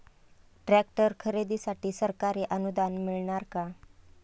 Tractor खरेदीसाठी सरकारी अनुदान मिळणार का?